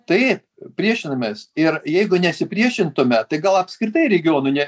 tai priešinamės ir jeigu nesipriešintume tai gal apskritai regionų ne